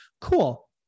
Cool